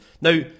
Now